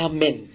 Amen